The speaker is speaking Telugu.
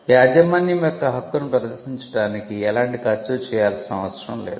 యాజమాన్యం యొక్క హక్కుని ప్రదర్శించడానికి ఎలాంటి ఖర్చు చేయాల్సిన అవసరం లేదు